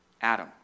Adam